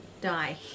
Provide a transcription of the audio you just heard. die